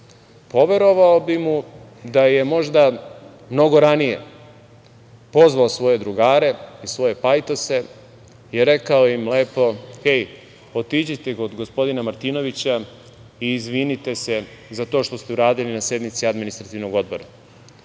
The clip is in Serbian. poverovao bih mu da je možda mnogo ranije pozvao svoje drugare, svoje pajtose i rekao im lepo – hej otiđite kod gospodina Martinovića i izvinite se za to što ste uradili na sednici Administrativnog odbora.